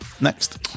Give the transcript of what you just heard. next